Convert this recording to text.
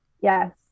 Yes